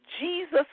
Jesus